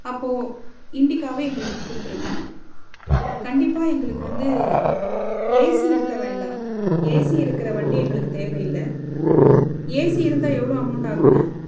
அப்போ இண்டிகாவே எங்களுக்கு கொடுத்துருங்க கண்டிப்பாக எங்களுக்கு வந்து ஏசி இருக்க வேண்டாம் ஏசி இருக்கிற வண்டி எங்களுக்கு தேவயில்ல ஏசி இருந்தா எவ்வளோ அமௌண்ட் ஆகும்ங்க